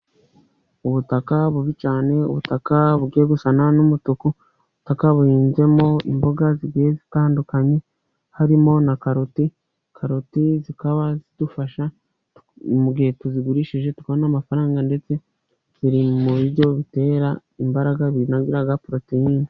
Ubutaka bubi cyane, ubutaka bugiye gusa n'umutuku, ubutaka buhinzemo imboga zigiye zitandukanye, harimo na karoti, karoti zikaba zidufasha mu gihe tuzigurishije, tukabona amafaranga ndetse ziri mu buryo bitera imbaraga binagira poroteyine.